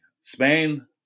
Spain